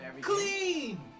Clean